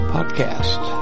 Podcast